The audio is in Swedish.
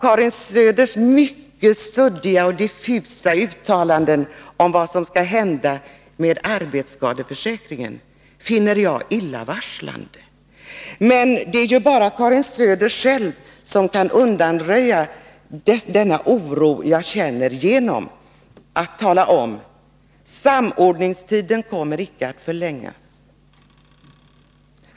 Karin Söders mycket suddiga och diffusa uttalanden om vad som skall hända med arbetsskadeförsäkringen finner jag illavarslande. Det är bara Karin Söder själv som kan undanröja den oro jag känner genom att deklarera att samordningstiden inte kommer att förlängas.